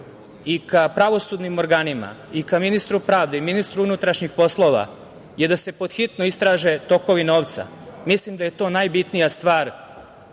i ka pravosudnim organima i ka ministru pravde i ministru unutrašnjih poslova je da se pod hitno istraže tokovi novca. Mislim da je to najbitnija stvar